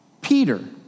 Peter